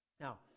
Now